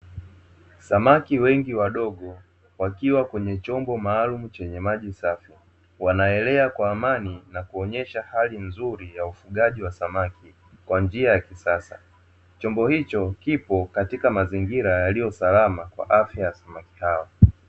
Samaki wengi wadogo wakiwa kwenye chombo maalumu chenye maji safi, wanaelea kwa amani na kuonyesha hali nzuri ya ufugaji wa samaki kwa njia ya kisasa, chombo hicho kipo katika mazingira yaliyo salama, kwa afya ya samaki hawa.